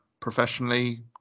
professionally